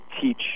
teach